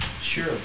Sure